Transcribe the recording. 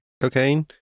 Cocaine